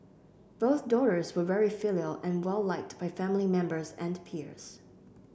both daughters were very filial and well liked by family members and peers